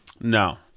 No